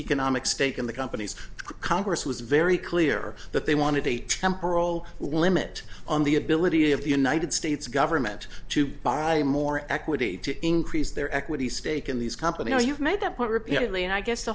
economic stake in the companies congress was very clear that they wanted a temporal limit on the ability of the united states government to buy more equity to increase their equity stake in these companies you've made that point repeatedly and i guess the